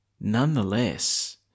nonetheless